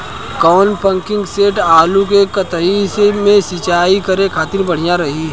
कौन pumping set आलू के कहती मे सिचाई करे खातिर बढ़िया रही?